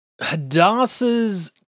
Hadassah's